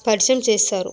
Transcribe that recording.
పరిచయం చేస్తారు